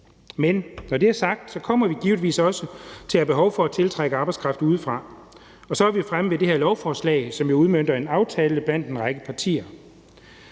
Men når det er sagt, kommer vi givetvis også til at have behov for at tiltrække arbejdskraft udefra. Så er vi fremme ved det her lovforslag, som jo udmønter en aftale blandt en række partier.